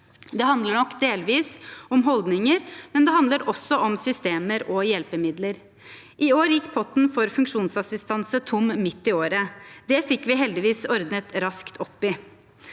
Det handler nok delvis om holdninger, men det handler også om systemer og hjelpemidler. I år gikk potten for funksjonsassistanse tom midt i året. Det fikk vi heldigvis ordnet raskt opp i.